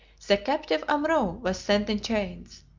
the captive amrou was sent in chains,